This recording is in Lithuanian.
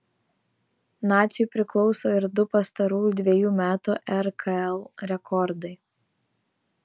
naciui priklauso ir du pastarųjų dvejų metų rkl rekordai